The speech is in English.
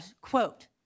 quote